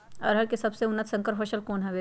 अरहर के सबसे उन्नत संकर फसल कौन हव?